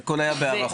הכול היה בהערכות.